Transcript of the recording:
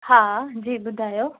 हा जी ॿुधायो